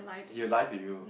he has lie to you